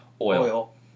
Oil